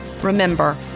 Remember